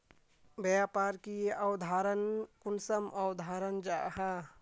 व्यापार की अवधारण कुंसम अवधारण जाहा?